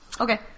Okay